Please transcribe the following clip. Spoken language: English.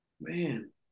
Man